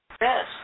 Yes